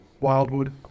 wildwood